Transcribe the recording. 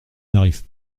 n’arrive